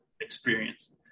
experience